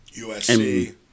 USC